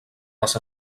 les